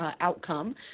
outcome